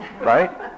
Right